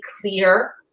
clear